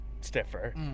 stiffer